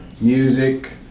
music